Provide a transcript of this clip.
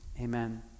Amen